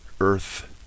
earth